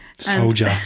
soldier